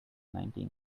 nineteen